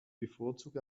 bevorzugt